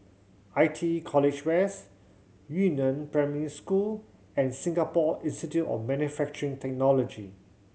I T E College West Yu Neng Primary School and Singapore Institute of Manufacturing Technology